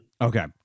okay